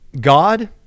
God